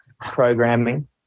programming